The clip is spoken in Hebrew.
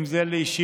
אם זה לישיבות,